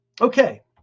Okay